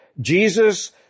Jesus